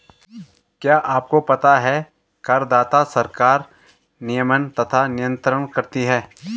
क्या आपको पता है कर द्वारा सरकार नियमन तथा नियन्त्रण करती है?